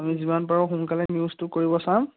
আমি যিমান পাৰোঁ সোনকালে নিউজটো কৰিব চাম